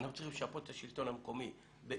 אני רוצה לשפות את השלטון המקומי ב-x,